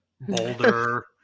boulder